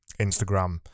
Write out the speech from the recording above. Instagram